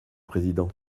président